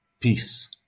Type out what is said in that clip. peace